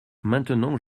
maintenant